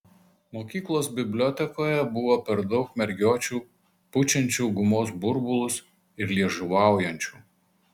mokyklos bibliotekoje buvo per daug mergiočių pučiančių gumos burbulus ir liežuvaujančių